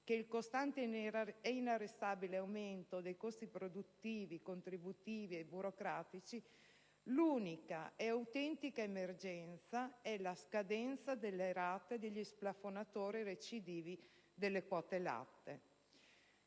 che il costante e inarrestabile aumento dei costi produttivi, contributivi e burocratici, l'unica e autentica emergenza è la scadenza delle rate degli splafonatori "recidivi" delle multe delle